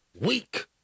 weak